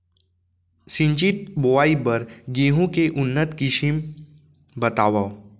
सिंचित बोआई बर गेहूँ के उन्नत किसिम बतावव?